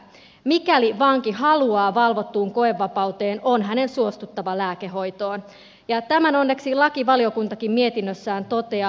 mikäli vanki haluaa valvottuun koevapauteen on hänen suostuttava lääkehoitoon ja tämän onneksi lakivaliokuntakin mietinnössään toteaa